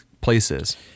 places